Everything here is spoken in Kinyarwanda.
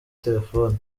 terefone